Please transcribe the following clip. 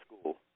school